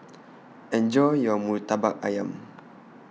Enjoy your Murtabak Ayam